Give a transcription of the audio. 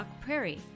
Prairie